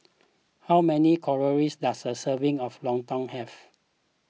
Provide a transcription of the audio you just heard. how many calories does a serving of Lontong have